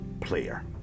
player